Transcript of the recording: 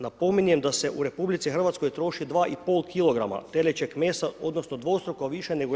Napominjem da se u RH, troši 2,5 kg telećeg mesa odnosno, dvostruko više nego u EU.